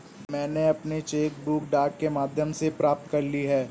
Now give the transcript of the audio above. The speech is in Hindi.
मैनें अपनी चेक बुक डाक के माध्यम से प्राप्त कर ली है